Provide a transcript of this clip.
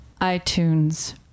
iTunes